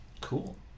Cool